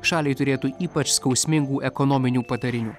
šaliai turėtų ypač skausmingų ekonominių padarinių